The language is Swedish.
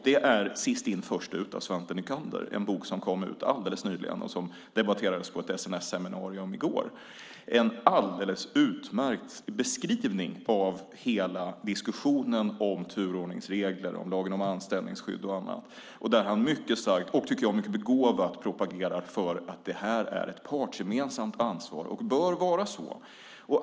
Det är Sist in först ut av Svante Nycander, en bok som kom ut alldeles nyligen och som debatterades på ett SNS-seminarium i går, en alldeles utmärkt beskrivning av hela diskussionen om turordningsregler, lagen om anställningsskydd och annat. Där propagerar han mycket starkt och mycket begåvat för att det här är ett partsgemensamt ansvar och bör vara så.